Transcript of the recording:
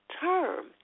term